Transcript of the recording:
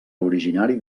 originari